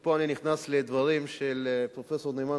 ופה אני נכנס לדברים של פרופסור נאמן,